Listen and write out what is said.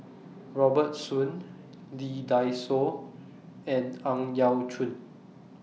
Robert Soon Lee Dai Soh and Ang Yau Choon